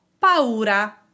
paura